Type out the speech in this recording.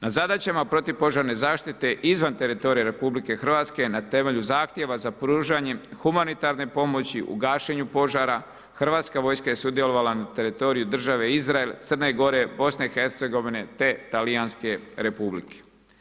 Na zadaćama protupožarne zaštite izvan teritorija RH, na temelju zahtjeva na pružanjem humanitarne pomoći u gašenju požara, Hrvatska vojska je sudjelovala na teritoriju države Izrael, Crne Gore, BiH te Talijanske republike.